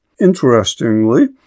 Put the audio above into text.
Interestingly